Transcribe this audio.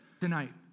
tonight